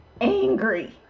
angry